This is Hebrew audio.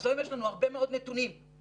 אז היום יש לנו הרבה מאוד נתונים שאנחנו